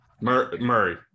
Murray